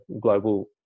global